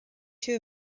two